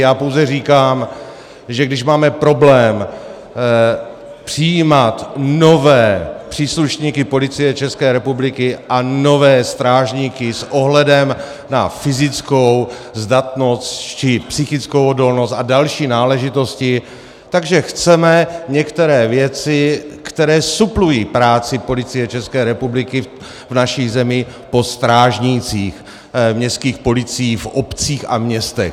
Já pouze říkám, že když máme problém přijímat nové příslušníky Policie České republiky a nové strážníky s ohledem na fyzickou zdatnost či psychickou odolnost a další náležitosti, tak chceme některé věci, které suplují práci Policie České republiky v naší zemi, po strážnících městských policiích v obcích a městech.